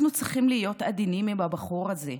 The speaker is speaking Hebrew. אנחנו צריכים להיות עדינים עם הבחור הזה,